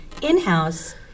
in-house